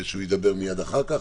ובאישור ועדת החוקה,